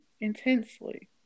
intensely